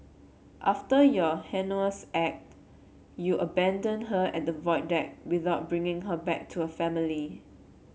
after your heinous act you abandoned her at the Void Deck without bringing her back to her family